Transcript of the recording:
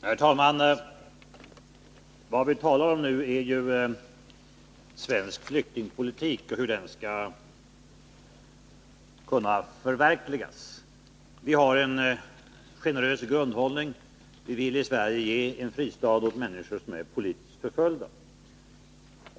Herr talman! Vad vi talar om nu är ju svensk flyktingpolitik och hur den skall kunna förverkligas. Vi har en generös grundhållning: vi vill i Sverige ge en fristad åt människor som är politiskt förföljda.